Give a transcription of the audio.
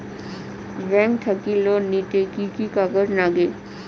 Bank থাকি loan নিতে কি কি কাগজ নাগে?